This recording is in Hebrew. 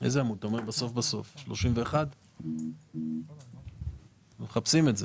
שם אתה רואה בעמודה "השינוי המוצע" גם את ההפחתות,